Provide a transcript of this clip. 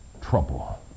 trouble